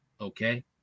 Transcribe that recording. Okay